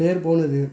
பேர் போனது